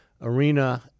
arena